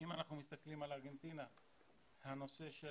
אם אנחנו מסתכלים על ארגנטינה הנושא של